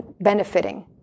benefiting